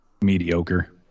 mediocre